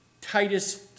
Titus